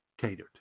catered